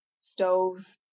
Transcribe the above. stove